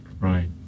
Right